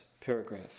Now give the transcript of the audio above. paragraph